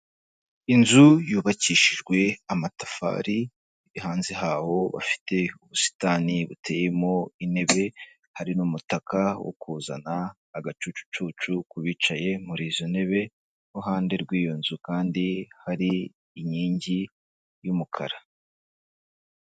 Inzu yubakishijwe amatafari hanze haho bafite ubusitani buteyemo intebe hari n'umutaka wo kuzana agacucucu ku bicaye muri izo ntebe'hande rw'iyo nzu kandi hari inkingi y'umukara.